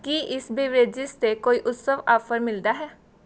ਕੀ ਇਸ ਬਿਵਰੇਜਿਸ 'ਤੇ ਕੋਈ ਉਤਸਵ ਆਫ਼ਰ ਮਿਲਦਾ ਹੈ